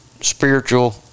spiritual